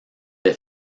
des